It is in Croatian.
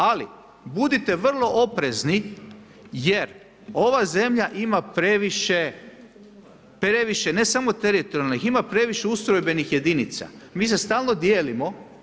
Ali, budite vrlo oprezni jer ova zemlja ima previše, previše ne samo teritorijalnih, ima previše ustrojbenih jedinica, mi se stalno dijelimo.